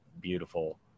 beautiful